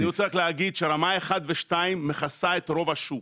אני רוצה רק להגיד שרמה 1 ו-2 מכסה את רוב השוק.